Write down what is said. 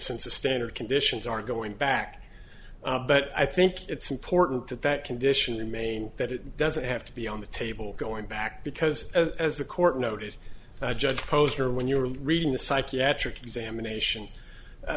since the standard conditions are going back but i think it's important that that condition in maine that it doesn't have to be on the table going back because as the court noted judge posner when you were reading the psychiatric examination